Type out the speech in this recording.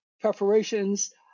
preparations